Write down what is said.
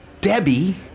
Debbie